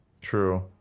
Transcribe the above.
True